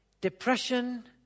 depression